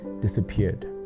disappeared